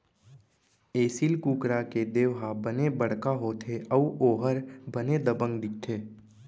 एसील कुकरा के देंव ह बने बड़का होथे अउ ओहर बने दबंग दिखथे